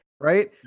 right